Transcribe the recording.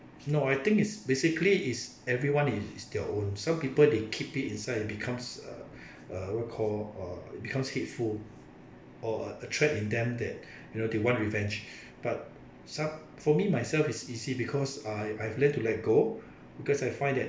no I think it's basically is everyone is is their own some people they keep it inside it becomes uh uh what do you call uh becomes hateful or uh a threat in them that you know they want revenge but some for me myself is easy because I I've learnt to let go because I find that